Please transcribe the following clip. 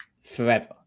forever